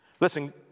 Listen